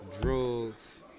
drugs